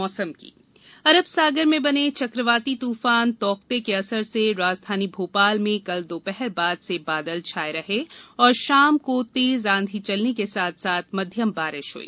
मौसम अरब सागर में बने चकवाती तूफान तोकते के असर से राजधानी भोपाल में कल दोपहर बाद से बादल छाये रहे और शाम को तेज आंधी चलने के साथ साथ मध्यम बारिश हुई